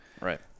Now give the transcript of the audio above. Right